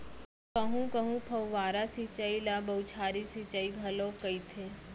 कहूँ कहूँ फव्वारा सिंचई ल बउछारी सिंचई घलोक कहिथे